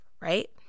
Right